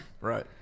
Right